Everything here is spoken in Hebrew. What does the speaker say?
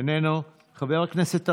איננו, חבר הכנסת ארבל,